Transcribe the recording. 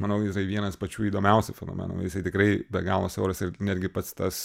manau jisai vienas pačių įdomiausių fenomenų jisai tikrai be galo siauras ir netgi pats tas